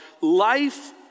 life